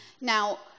now